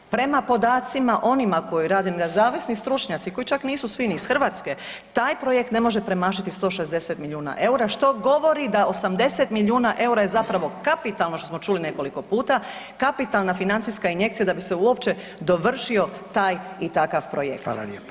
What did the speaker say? Prema podacima onima koje rade nezavisni stručnjaci koji čak nisu svi ni iz Hrvatske, taj projekt ne može promašiti 160 milijuna EUR-a što govori da 80 milijuna EUR-a je zapravo kapitalno što smo čuli nekoliko puta, kapitalna financijska injekcija da bi se uopće dovršio taj i takav projekt